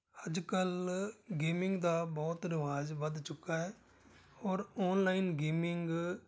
ਅੱਜ ਕੱਲ੍ਹ ਗੇਮਿੰਗ ਦਾ ਬਹੁਤ ਰਿਵਾਜ਼ ਵੱਧ ਚੁੱਕਾ ਹੈ ਔਰ ਔਨਲਾਈਨ ਗੇਮਿੰਗ